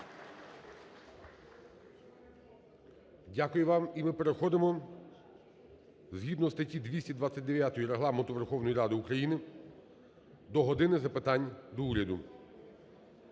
Дякую вам. І ми переходимо згідно статті 229 Регламенту Верховної Ради України до "години запитань до Уряду".